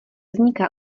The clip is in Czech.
vzniká